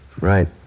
Right